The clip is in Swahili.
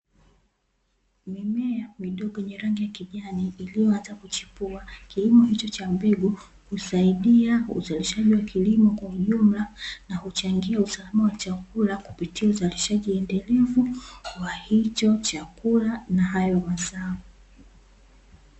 Mimea midogo ya rangi ya kijani iliyoanza kuchipua, kilimo hicho cha mbegu husaidia uzalishaji wa jumla na husaidia usalama wa chakula, kupitia uzalishaji endelevu wa hicho chakula na hayo mazao.